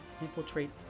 infiltrate